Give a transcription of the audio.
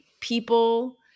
people